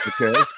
Okay